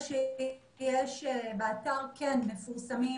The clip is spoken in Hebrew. הבג"צ הוגש,